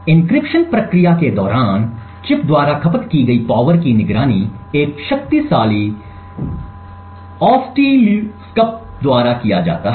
encryption प्रक्रिया के दौरान चिप द्वारा खपत की गई पावर की निगरानी एक शक्तिशाली आस्टसीलस्कप द्वारा किया जाता है